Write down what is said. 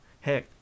heck